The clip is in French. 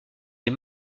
des